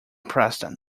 preston